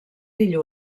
fill